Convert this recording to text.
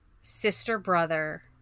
sister-brother